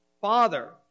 Father